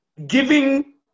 Giving